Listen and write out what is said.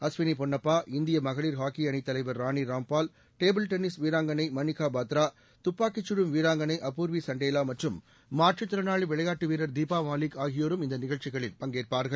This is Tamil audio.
அஸ்வினி பொன்னப்பா இந்திய மகளிர் ஹாக்கி அணித்தலைவர் ராணி ராம்பால் டேபிள் டென்னிஸ் வீராங்கனை மணிகா பாத்ரா துப்பாக்கி சுடும் வீராங்கனை அபூர்வி சண்டேலா மற்றும் மாற்றுத் திறணாளி விளையாட்டு வீரர் தீபா மாலிக் ஆகியோரும் இந்த நிகழ்ச்சிகளில் பங்கேற்பார்கள்